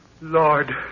Lord